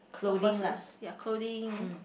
purposes ya clothing